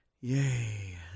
Yay